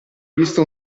vista